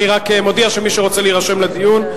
אני רק מודיע שמי שרוצה להירשם לדיון,